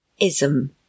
ISM